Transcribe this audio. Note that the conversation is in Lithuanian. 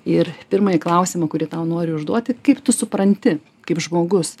ir pirmąjį klausimą kurį tau noriu užduoti kaip tu supranti kaip žmogus